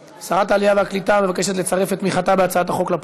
ההצעה להעביר את הצעת חוק משפחות חיילים